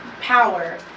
power